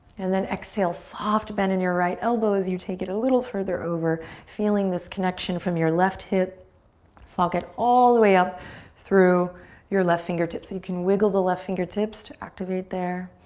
and then exhale, soft bend in your right elbow as you take it a little further over. feeling this connection from your left hip socket all the way up through your left fingertips. you can wiggle the left fingertips to activate there.